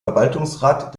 verwaltungsrat